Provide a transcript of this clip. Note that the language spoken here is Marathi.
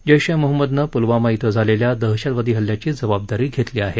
जैश ए महम्मदनं पुलवामा ॐ झालेल्या दहशतवादी हल्ल्याची जबाबदारी घेतली आहे